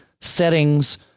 settings